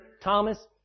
Thomas